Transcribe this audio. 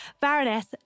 Baroness